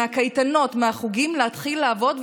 מהקייטנות ומהחוגים להתחיל לעבוד,